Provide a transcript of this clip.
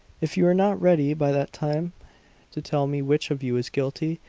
if you are not ready by that time to tell me which of you is guilty,